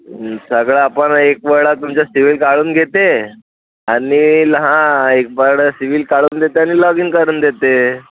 सगळं आपण एक वेळा तुमच सिबिल काढून घेते आणि हा एकबार हा सिबिल काढून देते आणि लॉगिन करून देते